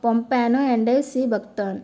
pompano undersea buckthorn